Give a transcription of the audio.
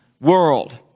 world